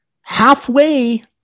halfway